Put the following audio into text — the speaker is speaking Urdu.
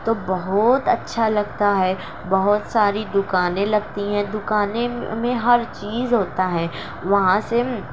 تو بہت اچّھا لگتا ہے بہت ساری دکانیں لگتی ہیں دکانیں میں ہر چیز ہوتا ہے وہاں سے